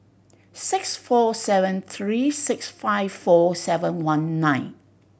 six four seven three six five four seven one nine